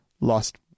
lost